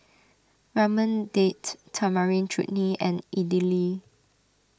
Ramen Date Tamarind Chutney and Idili